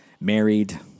married